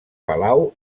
palau